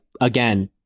again